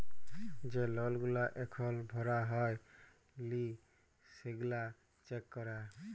যে লল গুলা এখল ভরা হ্যয় লি সেগলা চ্যাক করা